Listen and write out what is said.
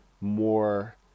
more